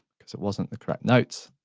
because it wasn't the correct note.